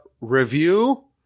review